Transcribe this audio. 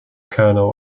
kennel